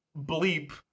Bleep